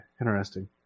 interesting